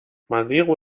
maseru